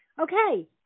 okay